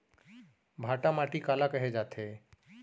भांटा माटी काला कहे जाथे?